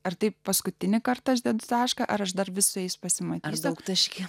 ar taip paskutinį kartą aš dedu tašką ar aš dar visais pasimatysiu ar daugtaškį